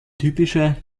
typische